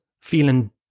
feeling